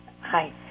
hi